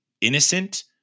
innocent